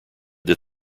that